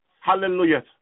Hallelujah